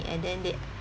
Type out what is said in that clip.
and then they